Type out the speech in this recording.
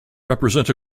represent